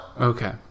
Okay